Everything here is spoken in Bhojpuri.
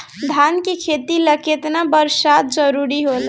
धान के खेती ला केतना बरसात जरूरी होला?